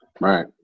Right